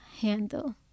handle